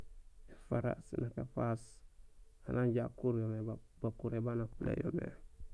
Ēfara sin nak éfafaas aan anja kuuryo mé bakuré baan apulin yo mé.